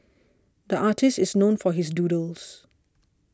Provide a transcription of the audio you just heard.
the artist is known for his doodles